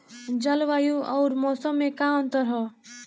जलवायु अउर मौसम में का अंतर ह?